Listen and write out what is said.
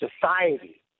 society